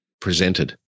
presented